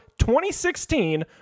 2016